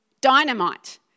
Dynamite